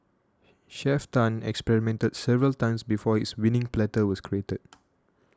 Chef Tan experimented several times before his winning platter was created